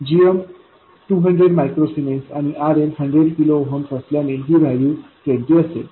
gm 200 micro siemens आणि RL100 kilo ohms असल्याने ही व्हॅल्यू 20 असेल